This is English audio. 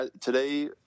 Today